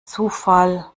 zufall